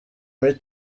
muri